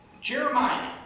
Jeremiah